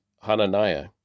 Hananiah